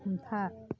हमथा